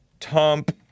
Tomp